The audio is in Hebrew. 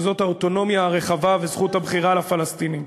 שזאת האוטונומיה הרחבה וזכות הבחירה לפלסטינים.